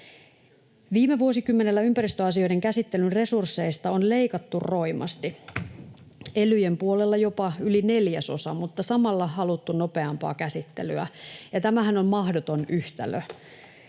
Viime vuosikymmenellä ympäristöasioiden käsittelyn resursseista on leikattu roimasti, elyjen puolella jopa yli neljäsosa, mutta samalla on haluttu nopeampaa käsittelyä, ja tämähän on mahdoton yhtälö.